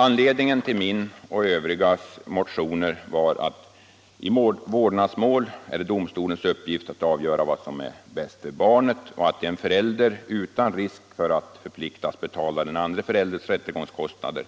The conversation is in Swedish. Anledningen till min och övriga motioner var att det i vårdnadsmål är domstolens uppgift att avgöra vad som är bäst för barnet och att en förälder utan risk för att förpliktas betala den andre förälderns rättegångskostnader